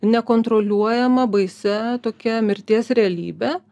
nekontroliuojama baisia tokia mirties realybe